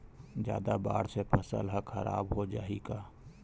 जादा बाढ़ से फसल ह खराब हो जाहि का?